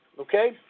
Okay